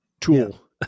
tool